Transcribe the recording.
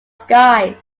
skies